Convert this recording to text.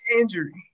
injury